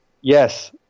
Yes